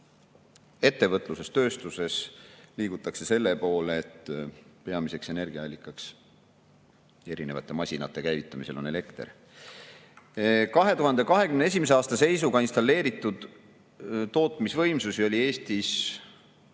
ettevõtluses ja tööstuses liigutakse selle poole, et peamiseks energiaallikaks erinevate masinate käivitamisel on elekter. 2021. aasta seisuga oli Eestis installeeritud tootmisvõimsusi 2360